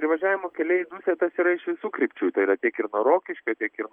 privažiavimo keliai į dusetas yra iš visų krypčių tai yra tiek ir nuo rokiškio tiek ir